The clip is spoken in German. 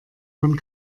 von